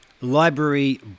library